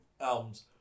albums